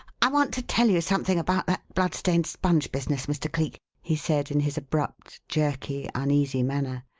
i want to tell you something about that bloodstained sponge business, mr. cleek, he said in his abrupt, jerky, uneasy manner.